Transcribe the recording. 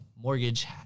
mortgage